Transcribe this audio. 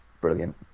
brilliant